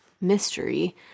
mystery